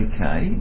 Okay